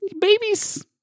babies